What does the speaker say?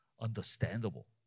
understandable